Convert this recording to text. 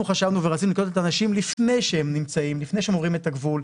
חשבנו ורצינו לקלוט את האנשים לפני שהם עוברים את הגבול,